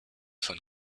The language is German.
von